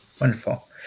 Wonderful